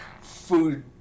food